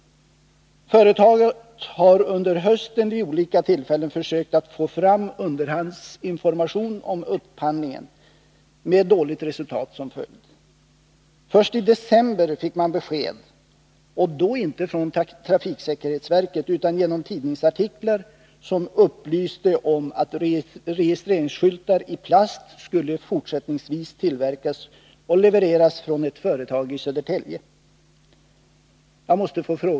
Företaget har under hösten vid olika tillfällen försökt att få fram underhandsinformation om upphandlingen, med dåligt resultat som följd. Först i december fick man besked, och då inte från trafiksäkerhetsverket utan genom tidningsartiklar, som upplyste om att registreringsskyltar i plast fortsättningsvis skulle tillverkas och levereras av ett företag i Södertälje.